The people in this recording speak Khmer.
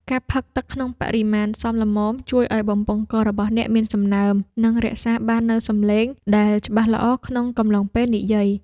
ការផឹកទឹកក្នុងបរិមាណសមល្មម ជួយឱ្យបំពង់ករបស់អ្នកមានសំណើម និងរក្សាបាននូវសំឡេងដែលច្បាស់ល្អក្នុងកំឡុងពេលនិយាយ។